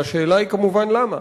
והשאלה היא כמובן למה.